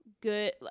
good